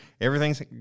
everything's